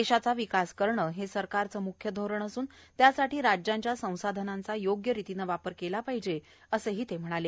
देशाचा विकास करणं हे सरकारचं मुख्य धोरण असून त्यासाठी राज्यांच्या संसाधनांचा योग्य रितीनं वापर केला पाहिजे असं ते म्हणाले